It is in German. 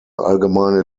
allgemeine